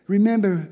Remember